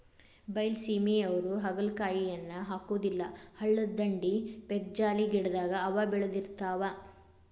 ಬೈಲಸೇಮಿಯವ್ರು ಹಾಗಲಕಾಯಿಯನ್ನಾ ಹಾಕುದಿಲ್ಲಾ ಹಳ್ಳದ ದಂಡಿ, ಪೇಕ್ಜಾಲಿ ಗಿಡದಾಗ ಅವ ಬೇಳದಿರ್ತಾವ